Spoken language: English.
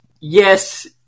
yes